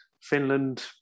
Finland